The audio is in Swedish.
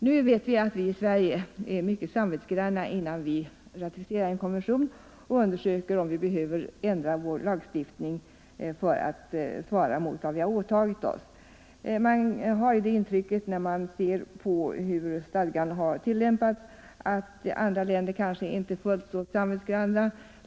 Nu vet vi att vi i Sverige är mycket samvetsgranna, och innan vi ratificerar en konvention undersöker om vi behöver ändra vår lagstiftning för att den skall svara mot vad vi har åtagit oss. När man ser på hur stadgan har tillämpats, får man det intrycket att andra länder kanske inte är fullt så samvetsgranna.